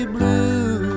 Blue